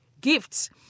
gifts